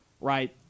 right